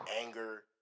anger